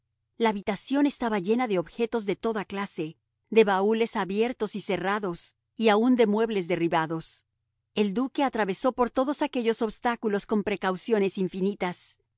la habitación estaba llena de objetos de toda clase de baúles abiertos y cerrados y aun de muebles derribados el duque atravesó por todos aquellos obstáculos con precauciones infinitas